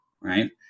right